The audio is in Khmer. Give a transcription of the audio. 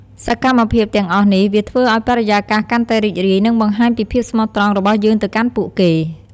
សកម្មភាពទាំងអស់នេះ វាធ្វើឱ្យបរិយាកាសកាន់តែរីករាយ និងបង្ហាញពីភាពស្មោះត្រង់របស់យើងទៅកាន់ពួកគេ។